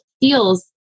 feels